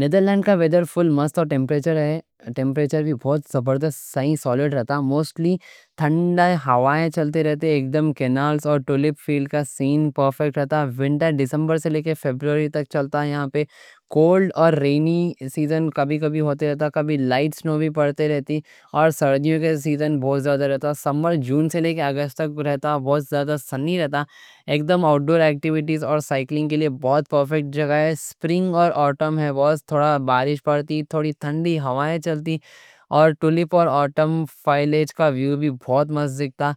نیدرلینڈ کا ویدر فل مست رہتا اور ٹیمپریچر بھی بہت زبردست، سولیڈ رہتا. موسٹلی ٹھنڈی ہوائیں چلتی رہتی. ایک دم کینالز اور ٹولپ فیلڈ کا سین پرفیکٹ رہتا. ونٹر دسمبر سے لے کے فروری تک چلتا. یہاں پہ کولڈ اور رینی سیزن کبھی کبھی ہوتے رہتے. کبھی لائٹ سنو بھی پڑتی رہتی، اور سردیوں کا سیزن بہت زیادہ رہتا. سمر جون سے لے کے آگست تک رہتا، بہت زیادہ سنی رہتا. ایک دم آؤٹ ڈور ایکٹیویٹیز اور سائیکلنگ کے لیے بہت پرفیکٹ جگہ ہے. سپرنگ اور آٹم میں بس تھوڑی بارش پڑتی، ٹھنڈی ہوائیں چلتی، اور ٹولپ اور آٹم فولیج کا ویو بھی بہت مزے کا تھا.